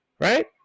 right